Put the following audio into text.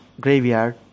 Graveyard